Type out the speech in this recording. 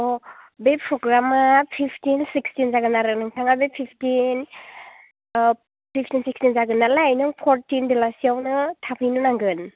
बे प्रग्रामआ fifteen sixteen जागोन आरो नोंथाङा बे फिफटिन फिफटिन सिक्सटिन जागोन नालाय नों फरटिन बेलासियावनो थाफैनो नांगोन